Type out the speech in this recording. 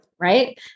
Right